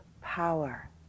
power